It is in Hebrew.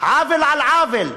עוול על עוול.